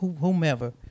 whomever